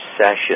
session